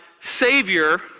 savior